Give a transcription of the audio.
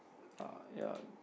err ya